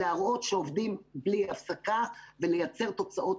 להראות שעובדים בלי הפסקה ולייצר תוצאות